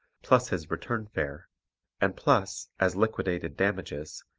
plus his return fare and plus, as liquidated damages,